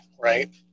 right